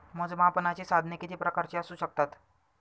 मोजमापनाची साधने किती प्रकारची असू शकतात?